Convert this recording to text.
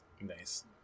Nice